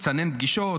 תסנן פגישות,